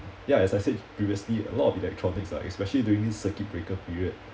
ya as I said previously a lot of electronics ah especially during this circuit breaker period